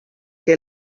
que